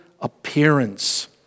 appearance